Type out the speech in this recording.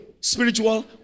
spiritual